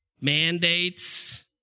Mandates